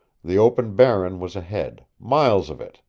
the open barren was ahead, miles of it,